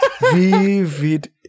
vivid